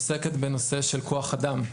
תעסוק בכוח-אדם,